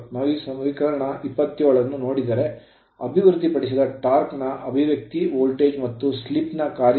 ನಾವು ಸಮೀಕರಣ 27 ಅನ್ನು ನೋಡಿದರೆ ಅಭಿವೃದ್ಧಿಪಡಿಸಿದ torque ಟಾರ್ಕ್ ನ ಅಭಿವ್ಯಕ್ತಿ ವೋಲ್ಟೇಜ್ ಮತ್ತು slip ಸ್ಲಿಪ್ ನ ಕಾರ್ಯವಾಗಿದೆ